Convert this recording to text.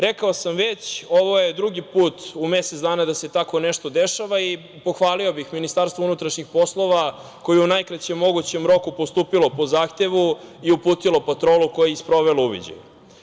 Rekao sam već, ovo je drugi put u mesec dana da se tako nešto dešava i pohvalio bih MUP koje je u najkraćem mogućem roku postupilo po zahtevu i uputilo patrolu koja je i sprovela uviđaj.